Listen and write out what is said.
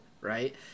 right